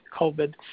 COVID